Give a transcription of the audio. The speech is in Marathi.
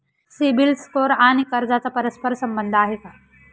सिबिल स्कोअर आणि कर्जाचा परस्पर संबंध आहे का?